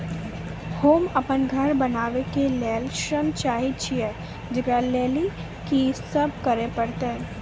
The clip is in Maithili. होम अपन घर बनाबै के लेल ऋण चाहे छिये, जेकरा लेल कि सब करें परतै?